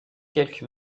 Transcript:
quelques